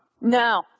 No